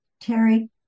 Terry